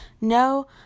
no